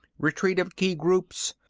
retreat of key groups!